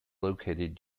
located